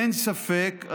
אין ספק,